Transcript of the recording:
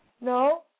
No